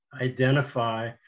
identify